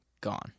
gone